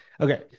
Okay